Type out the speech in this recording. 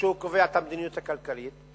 שהוא קובע את המדיניות הכלכלית,